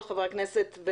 לחברי הכנסת,